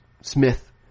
smith